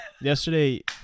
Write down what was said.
Yesterday